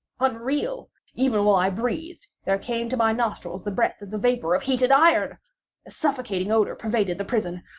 unreal even while i breathed there came to my nostrils the breath of the vapour of heated iron! a suffocating odour pervaded the prison!